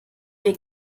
wir